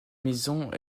maisons